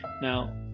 Now